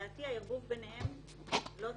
שלדעתי הערבוב ביניהם לא טוב,